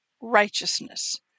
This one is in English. righteousness